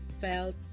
felt